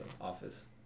office